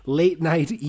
late-night